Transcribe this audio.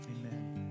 amen